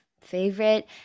favorite